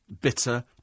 bitter